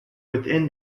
within